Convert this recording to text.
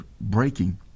breaking